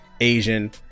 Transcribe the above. Asian